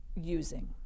using